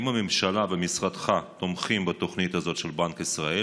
1. האם הממשלה ומשרדך תומכים בתוכנית זו של בנק ישראל?